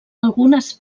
algunes